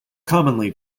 commonly